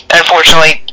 unfortunately